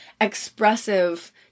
Expressive